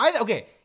Okay